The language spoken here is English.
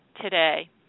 today